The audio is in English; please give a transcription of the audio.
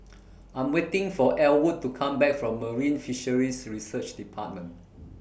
I'm waiting For Elwood to Come Back from Marine Fisheries Research department